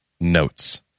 notes